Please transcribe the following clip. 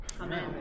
Amen